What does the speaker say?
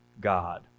God